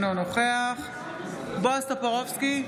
אינו נוכח בועז טופורובסקי,